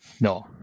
No